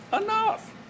Enough